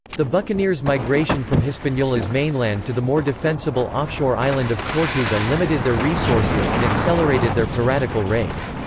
the buccaneers' migration from hispaniola's mainland to the more defensible offshore island of tortuga limited their resources and accelerated their piratical raids.